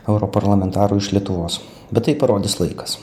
europarlamentarų iš lietuvos bet tai parodys laikas